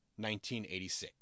1986